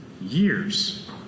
years